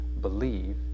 believe